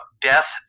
death